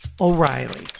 O'Reilly